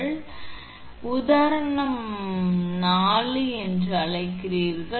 எனவே இது உங்களுடையது நீங்கள் அந்த உதாரணம் 4 என்று அழைக்கிறீர்கள்